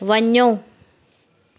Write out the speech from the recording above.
वञो